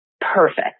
perfect